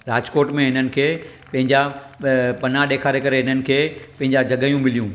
राजकोट में हिननि खे पंहिंजा अ पना ॾेखारे करे हिननि खे पंहिंजा जॻहियूं मिलियूं